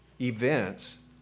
events